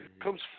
comes